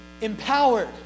empowered